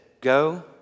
go